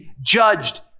judged